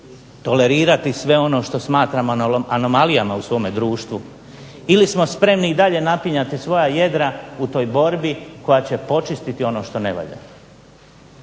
tolerirati sve ono što smatramo anomalijama u svome društvu ili smo spremni i dalje napinjati svoja jedra u toj borbi koja će počistiti ono što ne valja.